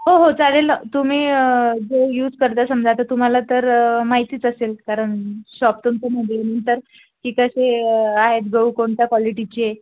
हो हो चालेल ना तुम्ही अं जे यूज करता समजा आता तुम्हाला तर माहितीच असेल कारण शॉप तुमचं आहे म्हटल्यानंतर की कसे अं आहेत गहू कोणत्या क्वालिटीची आहे